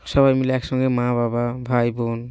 সবাই মিলে একসঙ্গে মা বাবা ভাই বোন